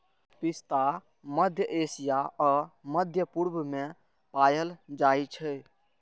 पिस्ता मध्य एशिया आ मध्य पूर्व मे पाएल जाइ छै